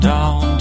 Down